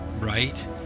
right